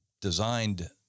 designed